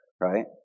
Right